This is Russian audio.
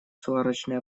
сварочный